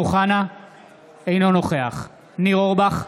אינו נוכח ניר אורבך,